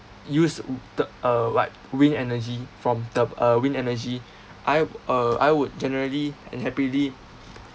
use the uh what wind energy from the uh wind energy I uh I would generally and happily